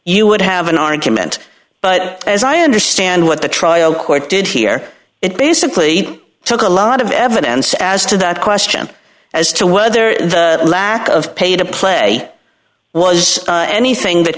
you would have an argument but as i understand what the trial court did here it basically took a lot of evidence as to that question as to whether the lack of pay to play was anything